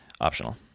optional